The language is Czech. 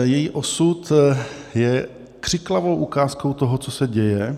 Její osud je křiklavou ukázkou toho, co se děje.